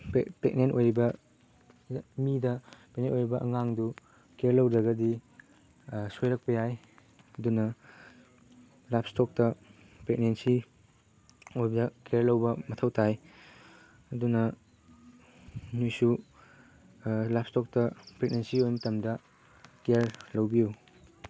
pregnant ꯑꯣꯏꯔꯤꯕ ꯃꯤꯗ pregnant ꯑꯣꯏꯔꯤꯕ ꯑꯉꯥꯡꯗꯨ ꯀꯤꯌꯔ ꯂꯧꯗ꯭ꯔꯒꯗꯤ ꯁꯣꯏꯔꯛꯄ ꯌꯥꯏ ꯑꯗꯨꯅ ꯂꯥꯏꯞ ꯏꯁꯇꯣꯛꯇ ꯄ꯭ꯔꯦꯛꯅꯦꯟꯁꯤ ꯑꯣꯏꯕꯗ ꯀꯤꯌꯔ ꯂꯧꯕ ꯃꯊꯧ ꯇꯥꯏ ꯑꯗꯨꯅ ꯅꯣꯏꯁꯨ ꯂꯥꯏꯞ ꯏꯁꯇꯣꯛꯇ ꯄ꯭ꯔꯦꯛꯅꯦꯟꯁꯤ ꯑꯣꯏꯕ ꯃꯇꯝꯗ ꯀꯤꯌꯔ ꯂꯧꯕꯤꯌꯨ